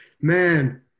man